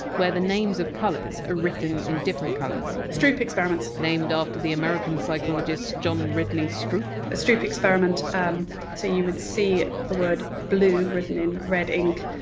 where the names of colours are written in different colours stroop experiments named after the american psychologist john ridley stroop stroop experiments um so you would see the word blue written in red ink,